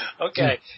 Okay